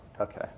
Okay